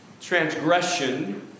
Transgression